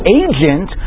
agent